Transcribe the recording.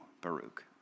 baruch